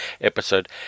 episode